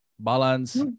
balance